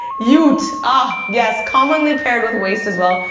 yute, ah yes, commonly paired with waste as well.